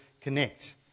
connect